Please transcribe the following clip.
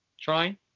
trying